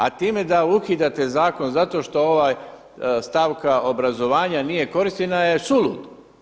A time da ukidate zakon zato što ova stavka obrazovanja nije korištena je suludo.